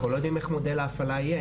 אבל אנחנו לא יודעים איך מודל ההפעלה יהיה,